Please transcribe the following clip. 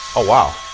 ah wow.